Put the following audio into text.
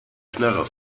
knarre